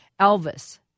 Elvis